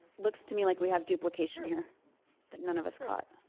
looks to me like we have duplication here that none of us caught.